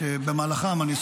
בהם,